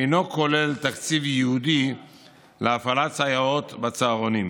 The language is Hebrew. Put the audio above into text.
אינו כולל תקציב ייעודי להפעלת סייעות בצהרונים.